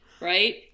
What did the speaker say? Right